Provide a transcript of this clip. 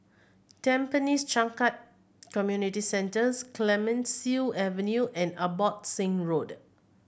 Tampines Changkat Community Centres Clemenceau Avenue and Abbotsingh Road